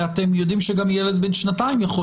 אתם יודעים שגם ילד בן שנתיים יכול